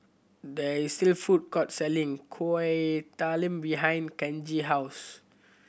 there is a food court selling Kuih Talam behind Kenji house